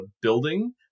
building